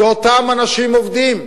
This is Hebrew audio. זה אותם אנשים עובדים.